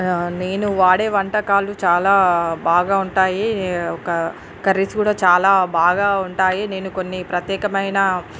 నేను వాడే వంటకాలు చాలా బాగా ఉంటాయి ఒక కర్రీస్ కూడా చాలా బాగా ఉంటాయి నేను కొన్ని ప్రత్యేకమైన